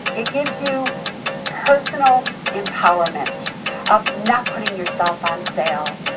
it gives you personal empowerment of not putting yourself on sale.